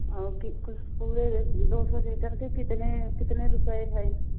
और कुछ ले दो सौ लीटर के कितने कितने रुपये भाई